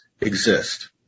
exist